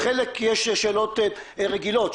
חלק יש שאלות רגילות,